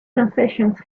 concessions